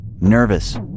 Nervous